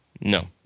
No